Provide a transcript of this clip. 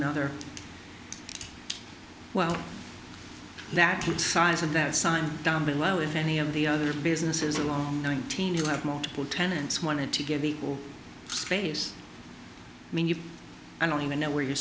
nother well that size of that sign down below if any of the other businesses along nineteen you have multiple tenants wanted to give equal space i mean you don't even know where you